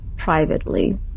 Privately